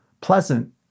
pleasant